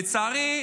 לצערי,